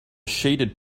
shaded